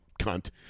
cunt